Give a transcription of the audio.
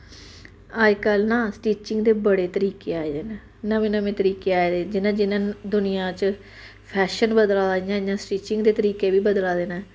अज्जकल ना स्टिचिंग दे बड़े तरीके आए दे न नमें नमें तरीके आए दे जियां जियां दुनियां च फैशन बदला दा इ'यां इ'यां स्टिचिंग दे तरीके बी बदला दे न